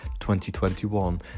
2021